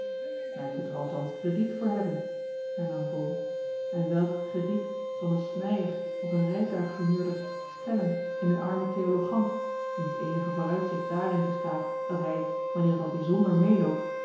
men moet er althans krediet voor hebben hernam bol en welk krediet zal een snijer of een rijtuigverhuurder stellen in een armen theologant wiens eenige vooruitzicht daarin bestaat dat hij wanneer t al bijzonder meêloopt